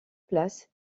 place